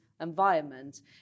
environment